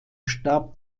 starb